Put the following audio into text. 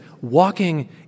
walking